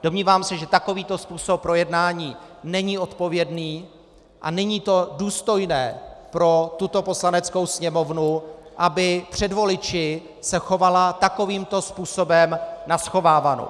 Domnívám se, že takovýto způsob projednání není odpovědný a není to důstojné pro tuto Poslaneckou sněmovnu, aby se před voliči chovala takovýmto způsobem na schovávanou.